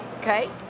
Okay